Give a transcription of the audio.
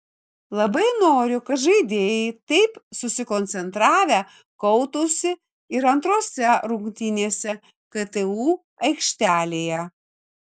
labai noriu kad žaidėjai taip susikoncentravę kautųsi ir antrose rungtynėse ktu aikštelėje